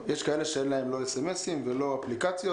יש כאלה שאין להם סמ"סים ולא אפליקציות,